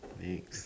next